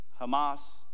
Hamas